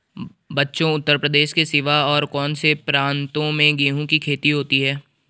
बच्चों उत्तर प्रदेश के सिवा और कौन से प्रांतों में गेहूं की खेती होती है?